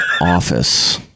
office